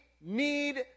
need